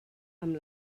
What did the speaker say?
amb